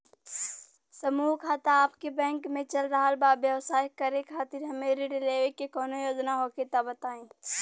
समूह खाता आपके बैंक मे चल रहल बा ब्यवसाय करे खातिर हमे ऋण लेवे के कौनो योजना होखे त बताई?